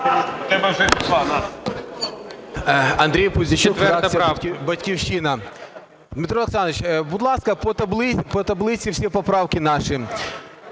Андрій Пузійчук, фракція "Батьківщина". Дмитро Олександрович, будь ласка, по таблиці всі поправки наші.